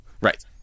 Right